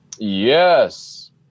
Yes